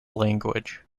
language